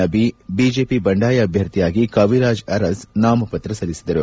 Nabi BJP ಬಂಡಾಯ ಅಭ್ಯರ್ಥಿಯಾಗಿ ಕವಿರಾಜ್ ಅರಸ್ ನಾಮಪತ್ರ ಸಲ್ಲಿಸಿದರು